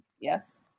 yes